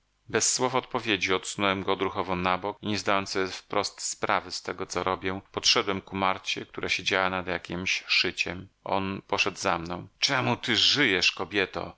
bez słowa odpowiedzi odsunąłem go odruchowo na bok i nie zdając sobie wprost sprawy z tego co robię podszedłem ku marcie która siedziała nad jakiemś szyciem on poszedł za mną czemu ty żyjesz kobieto